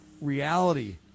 reality